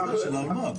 של האלמ"ב.